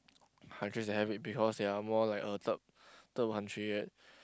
countries they have it because they are most like a third third world country